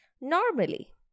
normally